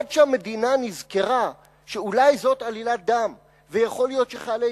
עד שהמדינה נזכרה שאולי זאת עלילת דם ויכול להיות שחיילי